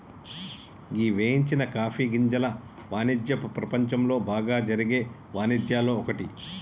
గీ వేగించని కాఫీ గింజల వానిజ్యపు ప్రపంచంలో బాగా జరిగే వానిజ్యాల్లో ఒక్కటి